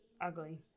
ugly